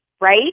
right